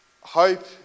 hope